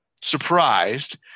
surprised